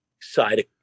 side